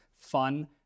fun